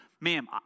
ma'am